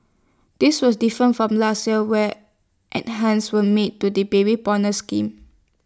this was different from last year where enhancements were made to the Baby Bonus scheme